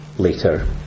Later